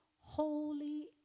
holy